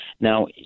Now